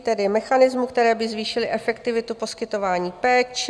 Tedy mechanismus, který by zvýšil efektivitu poskytování péče.